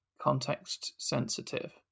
context-sensitive